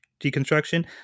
deconstruction